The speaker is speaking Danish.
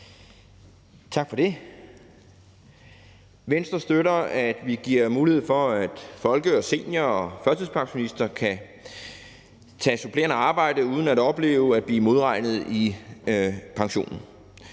Tak for det. Venstre støtter, at vi giver mulighed for, at folkepensionister, seniorpensionister og førtidspensionister kan tage supplerende arbejde uden at opleve at blive modregnet i pensionen.